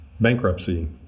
bankruptcy